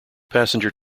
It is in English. passenger